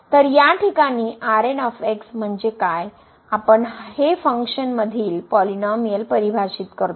तर या ठिकाणी म्हणजे काय आपण हा फंक्शन मधील आणि पॉलिनोमिअल परिभाषित करतो